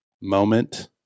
moment